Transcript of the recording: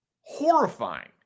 Horrifying